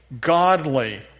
godly